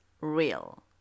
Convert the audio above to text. real